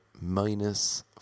minus